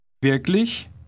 Wirklich